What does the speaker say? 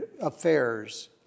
affairs